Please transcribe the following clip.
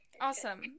Awesome